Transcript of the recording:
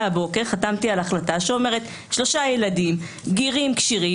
הבוקר חתמתי על החלטה שעניינה שלושה ילדים בגירים כשירים